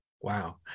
Wow